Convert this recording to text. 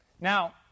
Now